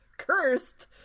cursed